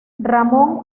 ramón